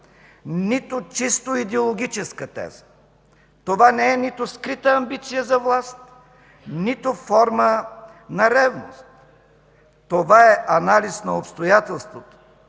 нито чисто идеологическа теза! Това не е нито скрита амбиция за власт, нито форма на ревност! Това е анализ на обстоятелството,